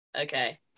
okay